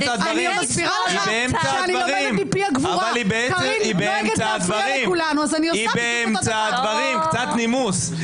אבל היא באמצע הדברים, קצת נימוס.